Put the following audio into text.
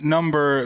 Number